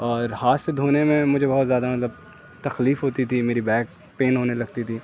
اور ہاتھ سے دھونے میں مجھے بہت زیادہ مطلب تکلیف ہوتی تھی میری بیک پین ہونے لگتی تھی